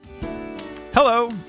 Hello